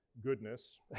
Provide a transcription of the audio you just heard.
goodness